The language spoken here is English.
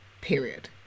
period